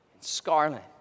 scarlet